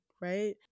right